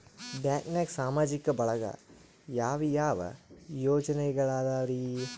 ಬ್ಯಾಂಕ್ನಾಗ ಸಾಮಾಜಿಕ ಒಳಗ ಯಾವ ಯಾವ ಯೋಜನೆಗಳಿದ್ದಾವ್ರಿ?